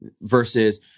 versus